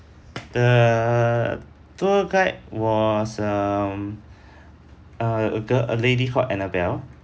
the tour guide was um a girl a lady called annabelle